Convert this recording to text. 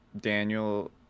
Daniel